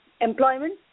employment